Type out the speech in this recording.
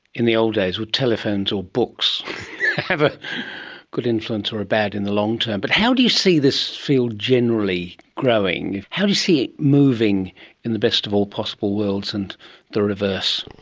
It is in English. in the old days would telephones or books have a good influence or a bad in the long term. but how do you see this field generally growing? how do you see it moving in the best of all possible worlds and the reverse?